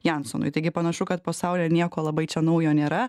jansonui taigi panašu kad pasaulyje nieko labai čia naujo nėra